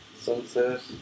Sunset